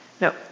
No